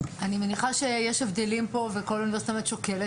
אני מניחה שיש הבדלים פה וכל אוניברסיטה שוקלת.